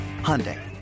Hyundai